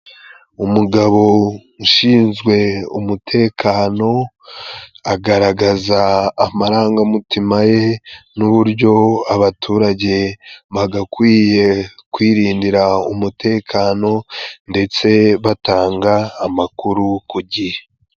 Umugabo ushinzwe umutekano, agaragaza amarangamutima ye n'uburyo abaturage bagakwiye kwirindira umutekano, ndetse batanga amakuru ku gihe.